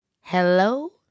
hello